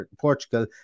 Portugal